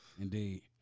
indeed